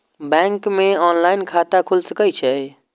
Bank में online खाता खुल सके छे?